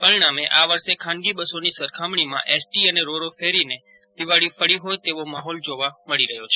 પરિણામે આ વર્ષે ખાનગી બસોની સરખામણીમાં એસટી અને રો રો ફેરીને દિવાળી ફળી હોય તેવો માહોલ જોવા મળ્યો છે